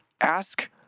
ask